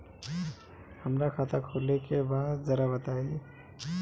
हमरा खाता खोले के बा जरा बताई